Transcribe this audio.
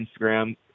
Instagram